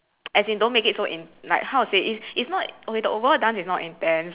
as in don't make it so in~ like how to say it's it's not okay the overall dance is not intense